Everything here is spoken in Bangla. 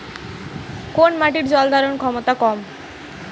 কোন মাটির জল ধারণ ক্ষমতা কম?